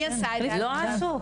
לא עשו.